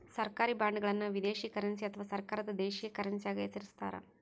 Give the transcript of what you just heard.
ಸರ್ಕಾರಿ ಬಾಂಡ್ಗಳನ್ನು ವಿದೇಶಿ ಕರೆನ್ಸಿ ಅಥವಾ ಸರ್ಕಾರದ ದೇಶೀಯ ಕರೆನ್ಸ್ಯಾಗ ಹೆಸರಿಸ್ತಾರ